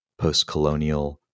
postcolonial